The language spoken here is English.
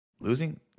Losing